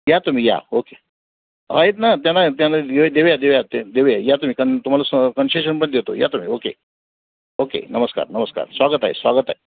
या तुम्ही या ओके आहेत ना त्यांना त्याला देऊ या देऊ या ते देऊ या या तुम्ही कन तुम्हाला स कन्सेशन पण देतो या तुम्ही ओके ओके नमस्कार नमस्कार स्वागत आहे स्वागत आहे